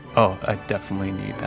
oh, i definitely need that